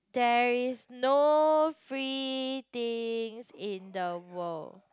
there is no free things in the world